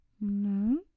No